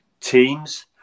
teams